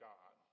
God